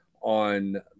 on